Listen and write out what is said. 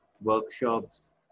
workshops